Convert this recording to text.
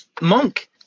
Monk